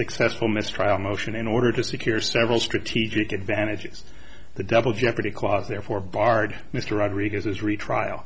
successful mistrial motion in order to secure several strategic advantages the double jeopardy clause therefore barred mr rodriguez is retrial